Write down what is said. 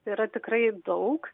tai yra tikrai daug